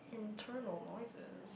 internal noises